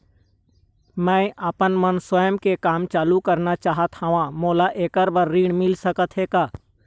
मैं आपमन स्वयं के काम चालू करना चाहत हाव, मोला ऐकर बर ऋण मिल सकत हे का?